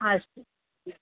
अस्तु